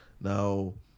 Now